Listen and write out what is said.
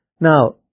Now